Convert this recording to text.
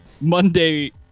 Monday